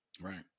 Right